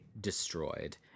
destroyed